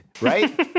right